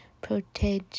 Protege